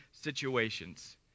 situations